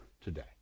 today